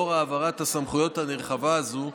לאור העברת הסמכויות הנרחבת הזו,